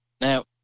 Now